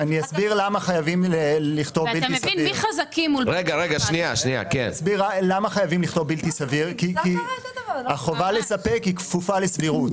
אסביר למה חייבים לכתוב בלתי סביר כי החובה לספק היא כפופה לסבירות.